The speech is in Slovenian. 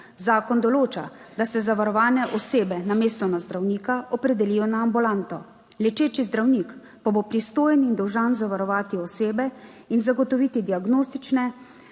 Zakon določa, da se zavarovane osebe namesto na zdravnika opredelijo na ambulanto, lečeči zdravnik pa bo pristojen in dolžan zavarovati osebe in zagotoviti diagnostične,